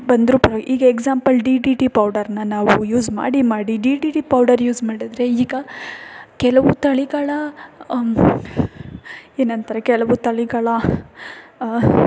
ಬಂದರೂ ಪರ್ ಈಗ ಎಕ್ಸಾಂಪಲ್ ಡಿ ಡಿ ಟಿ ಪೌಡರನ್ನ ನಾವು ಯೂಸ್ ಮಾಡಿ ಮಾಡಿ D D T powder use ಮಾಡಿದ್ರೆ ಈಗ ಕೆಲವು ತಳಿಗಳ ಏನಂತಾರೆ ಕೆಲವು ತಳಿಗಳ